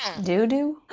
and doo-doo?